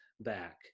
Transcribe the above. back